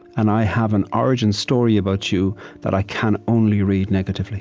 and i have an origin story about you that i can only read negatively